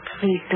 please